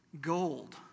gold